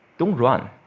don't run.